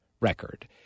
record